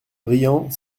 riant